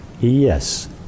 Yes